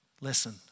Listen